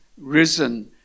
risen